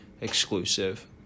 exclusive